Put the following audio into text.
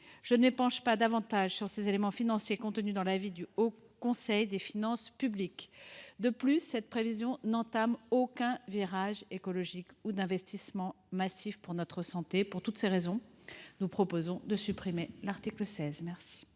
Je ne m’épanche pas davantage sur les éléments financiers contenus dans l’avis du Haut Conseil des finances publiques. De plus, cette prévision n’entame aucun virage écologique ou d’investissement massif pour notre santé. Pour toutes ces raisons, nous proposons de supprimer l’article 16.